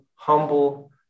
humble